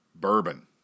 bourbon